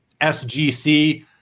SGC